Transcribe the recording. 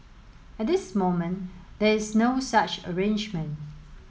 at this moment there is no such arrangement